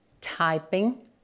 typing